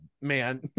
man